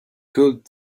could